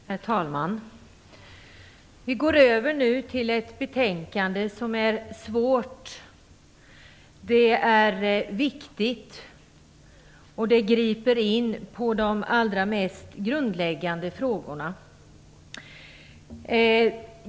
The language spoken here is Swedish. Herr talman! Vi övergår nu till ett betänkande som behandlar ett svårt och viktigt ämne som griper in på de allra mest grundläggande frågorna.